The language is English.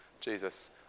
Jesus